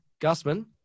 Gusman